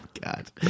God